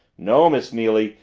no, miss neily,